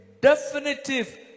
definitive